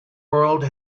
world